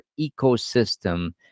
ecosystem